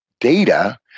data